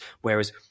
Whereas